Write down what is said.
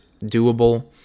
doable